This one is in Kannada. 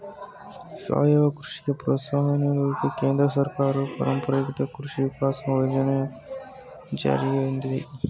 ಸಾವಯವ ಕೃಷಿಗೆ ಪ್ರೋತ್ಸಾಹ ನೀಡೋಕೆ ಕೇಂದ್ರ ಸರ್ಕಾರವು ಪರಂಪರಾಗತ ಕೃಷಿ ವಿಕಾಸ ಯೋಜನೆನ ಜಾರಿಗ್ ತಂದಯ್ತೆ